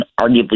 arguably